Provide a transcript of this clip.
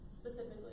specifically